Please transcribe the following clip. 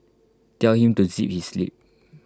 tell him to zip his lip